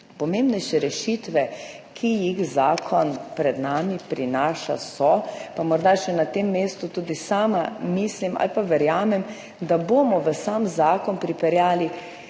Pomembnejše rešitve, ki jih zakon pred nami prinaša, so, pa morda na tem mestu še to, tudi sama mislim ali pa verjamem, da bomo v sam zakon pripeljali